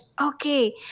okay